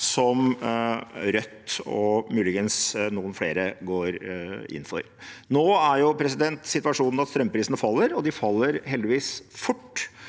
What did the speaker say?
som Rødt og muligens noen flere går inn for. Situasjonen nå er at strømprisene faller, og de faller heldigvis fort.